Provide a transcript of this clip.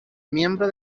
miembro